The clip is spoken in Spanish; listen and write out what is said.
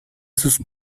sus